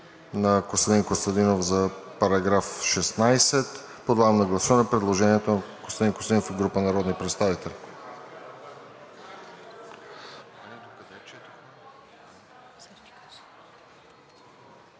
Костадин Костадинов за § 16. Подлагам на гласуване предложението на Костадин Костадинов и група народни представители.